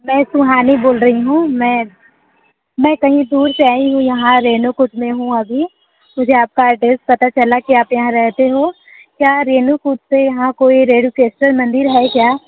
मैं सुहानी बोल रही हूँ मैं मैं कहीं दूर से आई हूँ यहाँ रेणुकूट में हूँ अभी मुझे आपका एड्रैस पता चला कि आप यहाँ रहते हो क्या रेणुकूट से यहाँ कोई रेणुकेश्वर मंदिर है क्या